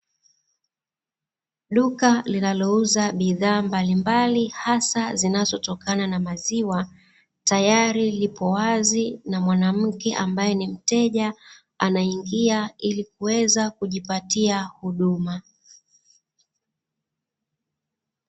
Duka linalouza bidhaa mbalimbali hasa zinazotokana ma maziwa, tayari lipo wazi na mwanamke ambae ni mteja, anaingia ili kuweza kujipatia huduma.